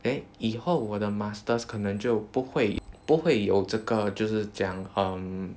then 以后我的 masters 可能就不会不会有这个就是怎样 um